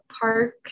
park